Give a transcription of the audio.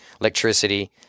electricity